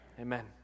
Amen